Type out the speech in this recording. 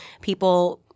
people